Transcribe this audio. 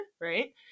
right